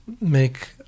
make